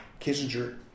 Kissinger